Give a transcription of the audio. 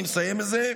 אני מסיים בזה,